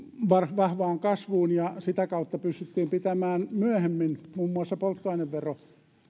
vahvaan kasvuun ja sitä kautta pystyttiin pitämään myöhemmin muun muassa polttoainevero